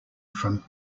from